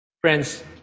Friends